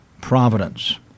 providence